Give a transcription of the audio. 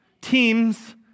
teams